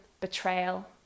betrayal